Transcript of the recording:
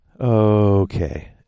Okay